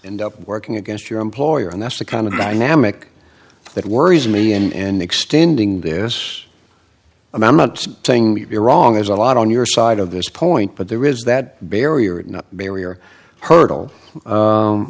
end up working against your employer and that's the kind of dynamic that worries me in extending this i'm not saying you're wrong there's a lot on your side of this point but there is that barrier not a barrier hurdle